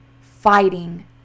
fighting